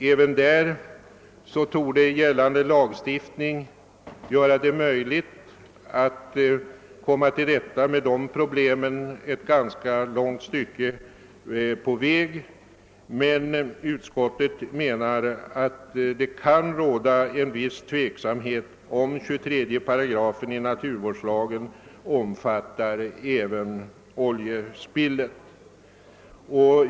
Även därvidlag torde gällande lagstiftning göra det möjligt att i ganska stor utsträckning komma till rätta med problemen, men utskottet menar att det kan råda en viss tveksamhet om huruvida 23 8 naturvårdslagen omfattar även oljespillen.